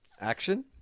action